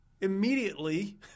immediately